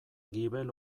gibel